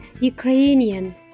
Ukrainian